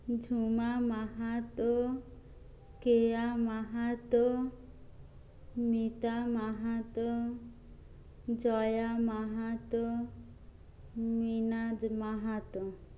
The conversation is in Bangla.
ঝুমা মাহাতো কেয়া মাহাতো মিতা মাহাতো জয়া মাহাতো মিনাদ মাহাতো